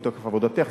ומתוקף עבודתך,